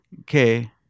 Okay